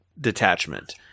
detachment